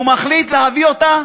והוא מחליט להביא אותה,